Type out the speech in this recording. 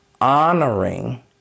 honoring